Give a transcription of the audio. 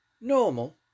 normal